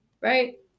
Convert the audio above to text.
Right